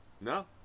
No